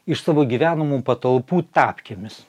iš savo gyvenamų patalpų tapkėmis